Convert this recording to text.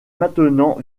maintenant